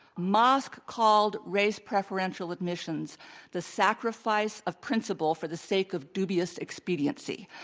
mosk called race-preferential admissions the sacrifice of principle for the sake of dubious expediency.